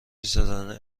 سازنده